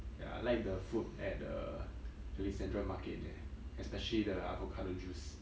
ya I like the food at the alexandra market there especially the avocado juice